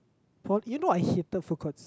for you know I hated food courts